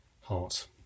heart